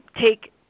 take